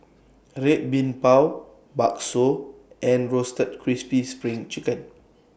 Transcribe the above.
Red Bean Bao Bakso and Roasted Crispy SPRING Chicken